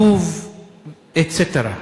לוב etc.